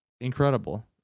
incredible